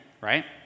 right